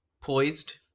poised